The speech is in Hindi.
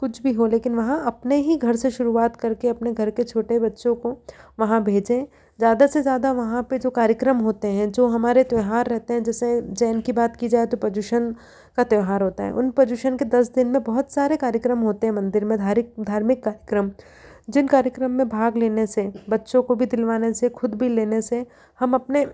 कुछ भी हो लेकिन वहाँ अपने ही घर से शुरुआत करके अपने घर के छोटे बच्चों को वहाँ भेजें जादा से जादा वहाँ पर जो कार्यक्रम होते हैं जो हमारे त्योहार रहते हैं जैसे जैन की बात की जाए तो पर्युषन का त्योहार होता है उन पर्युषन के दस दिन में बहुत सारे कार्यक्रम होते हैं मंदिर में धारिक धार्मिक कार्यक्रम जिन कार्यक्रम में भाग लेने से बच्चों को भी दिलवाने से खुद भी लेने से हम अपने